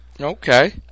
Okay